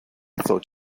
thought